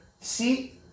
See